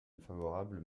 défavorable